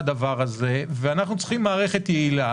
אנחנו צריכים מערכת יעילה.